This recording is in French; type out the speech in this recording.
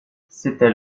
c’était